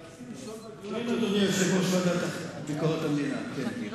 רציתי לשאול אותך בדיון הקודם,